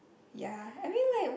ya I mean like